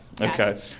Okay